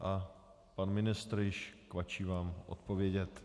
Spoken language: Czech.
A pan ministr již kvačí vám odpovědět.